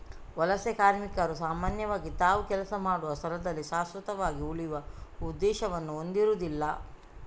ವಲಸೆ ಕಾರ್ಮಿಕರು ಸಾಮಾನ್ಯವಾಗಿ ತಾವು ಕೆಲಸ ಮಾಡುವ ಸ್ಥಳದಲ್ಲಿ ಶಾಶ್ವತವಾಗಿ ಉಳಿಯುವ ಉದ್ದೇಶವನ್ನು ಹೊಂದಿರುದಿಲ್ಲ